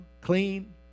clean